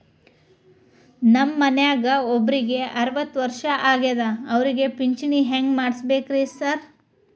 ನಮ್ ಮನ್ಯಾಗ ಒಬ್ರಿಗೆ ಅರವತ್ತ ವರ್ಷ ಆಗ್ಯಾದ ಅವ್ರಿಗೆ ಪಿಂಚಿಣಿ ಹೆಂಗ್ ಮಾಡ್ಸಬೇಕ್ರಿ ಸಾರ್?